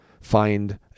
find